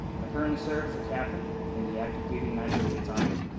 i currently serve as a captain in the active duty united states army,